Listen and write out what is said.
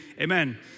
amen